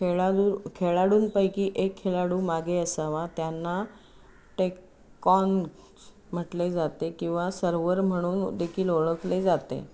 खेळाडू खेळाडूंपैकी एक खेळाडू मागे असावा त्यांना टेक्कॉन्ग म्हटले जाते किंवा सर्वर म्हणून देखील ओळखले जाते